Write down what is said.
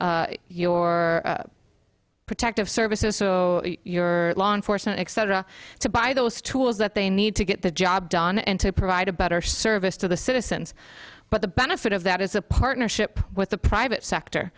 your protective services so your law enforcement exciter to buy those tools that they need to get the job done and to provide a better service to the citizens but the benefit of that is a partnership with the private sector